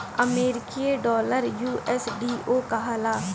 अमरीकी डॉलर यू.एस.डी.ओ कहाला